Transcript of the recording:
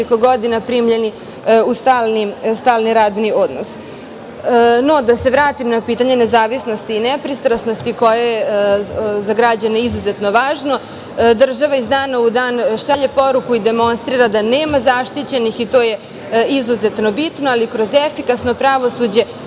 godina primljeni u stalni radni odnos.No, da se vratim na pitanje nezavisnosti i nepristrasnosti, koja je za građane izuzetno važno, država iz dana u dan šalje poruku i demonstrira da nema zaštićenih, i to je izuzetno bitno. Kroz efikasno pravosuđe